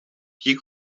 you